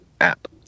app